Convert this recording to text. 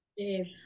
Yes